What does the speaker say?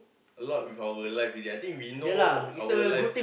a lot with our life already I think we know our life